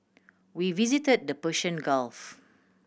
we visit the Persian Gulf